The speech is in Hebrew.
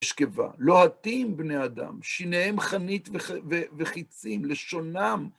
שקבה, לא עטים בני אדם, שיניהם חנית וחיצים, לשונם.